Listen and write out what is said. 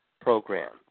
program